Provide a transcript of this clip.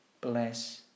Bless